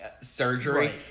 surgery